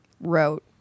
wrote